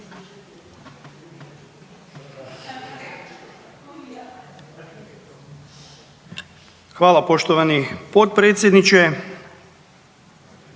Hvala poštovani potpredsjedniče.